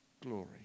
glory